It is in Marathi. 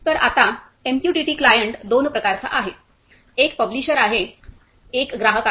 तर आता एमक्यूटीटी क्लायंट दोन प्रकारचा आहे एक पब्लिशर आहे एक ग्राहक आहे